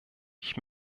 ich